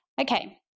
Okay